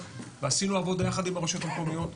ועשינו עבודה יחד עם הרשויות המקומיות,